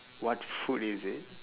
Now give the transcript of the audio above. what food is it